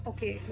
Okay